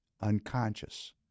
unconscious